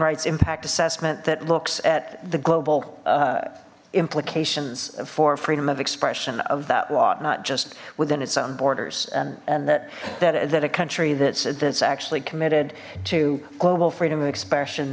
rights impact assessment that looks at the global implications for freedom of expression of that law not just within its own borders and and that that a country that's that's actually committed to global freedom of expression